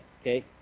okay